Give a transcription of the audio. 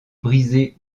brisé